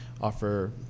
offer